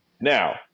Now